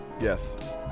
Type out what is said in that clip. yes